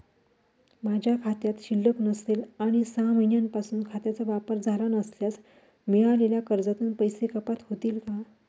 माझ्या खात्यात शिल्लक नसेल आणि सहा महिन्यांपासून खात्याचा वापर झाला नसल्यास मिळालेल्या कर्जातून पैसे कपात होतील का?